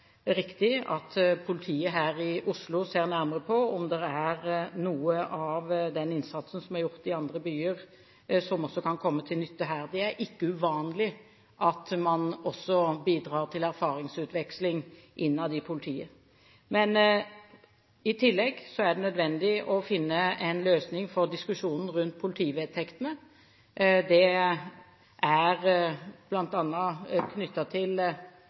kan være riktig at politiet her i Oslo ser nærmere på om det er noe av den innsatsen som er gjort i andre byer, som også kan komme til nytte her. Det er ikke uvanlig at man bidrar til erfaringsutveksling innad i politiet. I tillegg er det nødvendig å finne en løsning for diskusjonen rundt politivedtektene. Det er bl.a. knyttet til